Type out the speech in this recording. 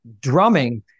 drumming